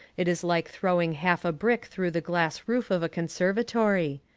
it is like throwing half a brick through the glass roof of a conservatory.